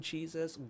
Jesus